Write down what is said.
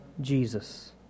Jesus